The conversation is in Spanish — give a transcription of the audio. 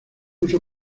uso